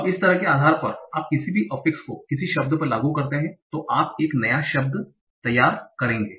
अब इस तरह के आधार पर आप किसी भी अफिक्स को किसी शब्द पर लागू करते हैं तो आप एक नया शब्द तैयार करेंगे